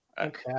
Okay